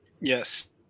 yes